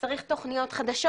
צריך תכניות חדשות.